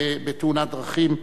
בתאונת דרכים.